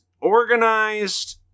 organized